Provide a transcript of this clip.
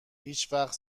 هیچوقت